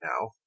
now